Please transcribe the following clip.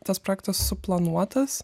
tas projektas suplanuotas